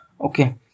Okay